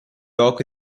doc